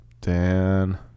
Dan